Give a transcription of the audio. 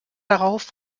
darauf